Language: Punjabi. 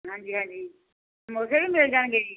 ਹਾਂਜੀ ਹਾਂਜੀ ਬਰਗਰ ਵੀ ਮਿਲ ਜਾਣਗੇ ਜੀ